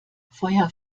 feuer